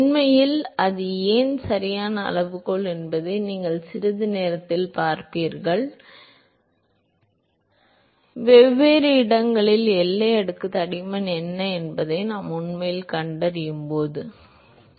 உண்மையில் அது ஏன் சரியான அளவுகோல் என்பதை நீங்கள் சிறிது நேரத்தில் பார்ப்பீர்கள் வெவ்வேறு இடங்களில் எல்லை அடுக்கு தடிமன் என்ன என்பதை நாம் உண்மையில் கண்டறியும் போது சரி